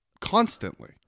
constantly